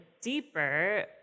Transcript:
deeper